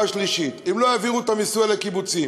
השלישית ואם לא יעבירו את המיסוי על הקיבוצים,